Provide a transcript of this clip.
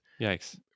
yikes